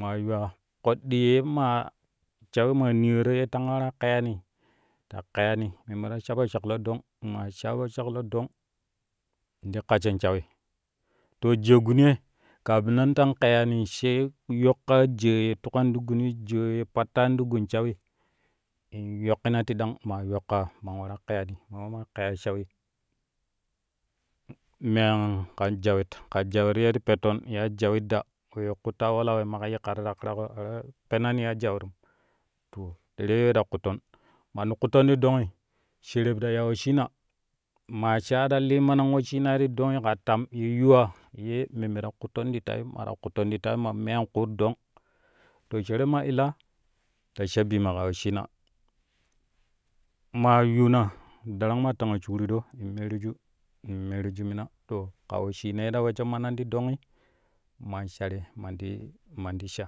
Maa yuwaa koɗɗi ye ma shauwi maa n iyoro ye tanga waraa keyani ta keyani in sha po shaklo dong maa sha po shaklo dong ti kacchin shawi to jaao guni ye kafin ran tang ƙeyani sai yoƙƙo jaa ye tukan ti guni jaa ye pattan ti gun shawi in yoƙƙina tiɗang ma yoƙƙaa man waraa ƙeyani mama maa keyaa shawi me an ka jarit ka jawit ye ti petton ua jawit da kutta we la wɛ maƙa yiƙƙa te ta ƙiraƙo kɛ ta perani yaa jawitrum tere we ta kutton man ti kutton ti dongi shereb ta ya wesshina maa sha ta linneman wesshinai ti dongi ka tam ye yuwaa yɛ memme ta kutton ti tai ma ta kutton ti tai ma mekan kuut dong shereb ma illaa ta sha bima ka wesshina maa yuuna darang ma ta tangna shukroro in meeruju mina to ka wesshina ye ta wesshon nama ti dongi nan shari man ti man ti sha